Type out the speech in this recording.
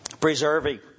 Preserving